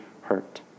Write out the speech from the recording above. hurt